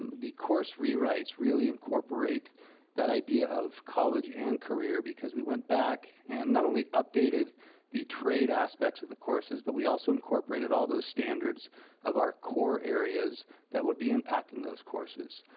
um the course rewrites really incorporate that idea of college and career, because we went back and not only updated the trade aspects of the course, but we also incorporated all those standards of our core areas that would be impacting those courses.